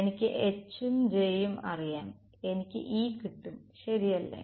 എനിക്ക് H ഉം J യും അറിയാം എനിക്ക് E കിട്ടും ശരിയല്ലേ